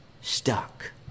stuck